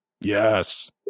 yes